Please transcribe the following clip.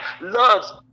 loves